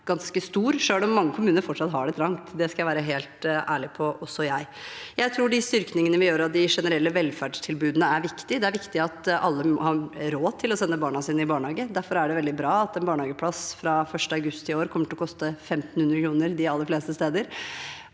selv om mange kommuner fortsatt har det trangt – det skal jeg være helt ærlig på, også jeg. Jeg tror de styrkingene vi gjør av de generelle velferdstilbudene, er viktig. Det er viktig at alle har råd til å sende barna sine i barnehage. Derfor er det veldig bra at en barnehageplass fra 1. august i år kommer til å koste 1 500 kr de aller fleste steder.